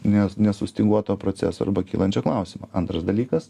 ne nesustyguoto proceso arba kylančio klausimo antras dalykas